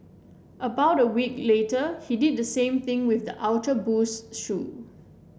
about a week later he did the same thing with the Ultra Boost shoe